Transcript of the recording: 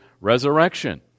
resurrection